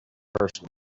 personal